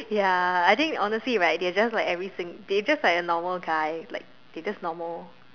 ya I think honestly right they are just like every single they just like normal guy like they are just normal